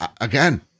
again